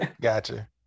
Gotcha